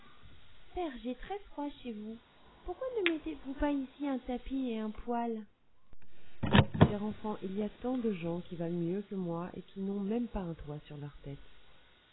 j'ai très froid chez vous pourquoi ne mettez-vous pas ici un tapis et un poêle chère enfant il y a tant de gens qui valent mieux que moi et qui n'ont même pas un toit sur leur tête